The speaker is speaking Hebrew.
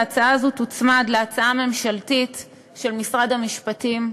ההצעה הזו תוצמד להצעה הממשלתית של משרד המשפטים.